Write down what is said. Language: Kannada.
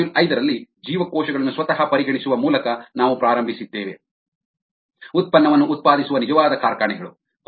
ಮಾಡ್ಯೂಲ್ ಐದರಲ್ಲಿ ಜೀವಕೋಶಗಳನ್ನು ಸ್ವತಃ ಪರಿಗಣಿಸುವ ಮೂಲಕ ನಾವು ಪ್ರಾರಂಭಿಸಿದ್ದೇವೆ ಉತ್ಪನ್ನವನ್ನು ಉತ್ಪಾದಿಸುವ ನಿಜವಾದ ಕಾರ್ಖಾನೆಗಳು